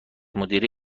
مدیره